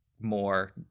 more